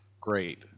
great